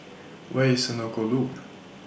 Where IS Senoko Loop